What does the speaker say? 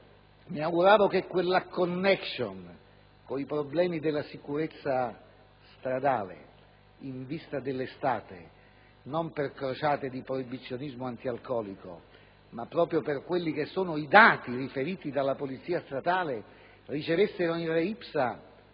mi auguravo che la *connection* con i problemi della sicurezza stradale in vista dell'estate, non per crociate di proibizionismo antialcolico ma proprio per i dati riferiti dalla polizia stradale, ricevessero *in re ipsa*